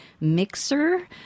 mixer